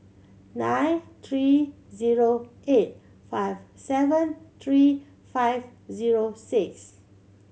nine three zero eight five seven three five zero six